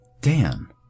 Dan